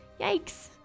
Yikes